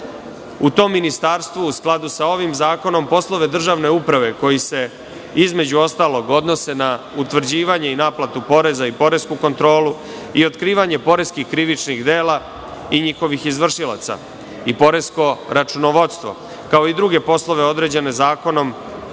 tom ministarstvu, u skladu sa ovim zakonom poslove državne uprave koji se, između ostalog odnose na utvrđivanje i naplatu poreza i poresku kontrolu, i otkrivanje poreskih krivičnih dela, i njihovih izvršilaca i poresko računovodstvo, kao i druge poslove određene zakonom,